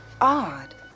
odd